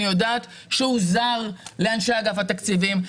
אני יודעת שהוא זר לאנשי אגף התקציבים,